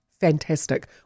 fantastic